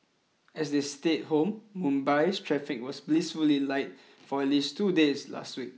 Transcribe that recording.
as they stayed home Mumbai's traffic was blissfully light for at least two days last week